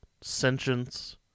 sentience